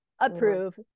approve